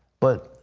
but,